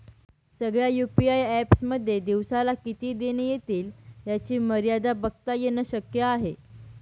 सगळ्या UPI apps मध्ये दिवसाला किती देणी एतील याची मर्यादा बघता येन शक्य आहे